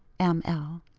m. l.